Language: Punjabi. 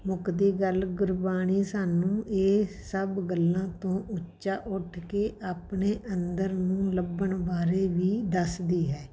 ਮੁੱਕਦੀ ਗੱਲ ਗੁਰਬਾਣੀ ਸਾਨੂੰ ਇਹ ਸਭ ਗੱਲਾਂ ਤੋਂ ਉੱਚਾ ਉੱਠ ਕੇ ਆਪਣੇ ਅੰਦਰ ਨੂੰ ਲੱਭਣ ਬਾਰੇ ਵੀ ਦੱਸਦੀ ਹੈ